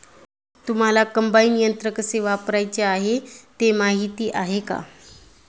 तुम्हांला कम्बाइन यंत्र कसे वापरायचे ते माहीती आहे का?